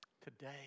Today